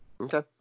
Okay